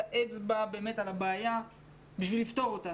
האצבע באמת על הבעיה בשביל לפתור אותה.